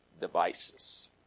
devices